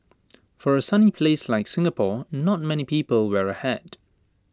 for A sunny place like Singapore not many people wear A hat